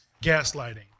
gaslighting